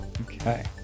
Okay